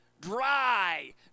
dry